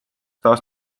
taas